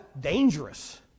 dangerous